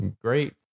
Great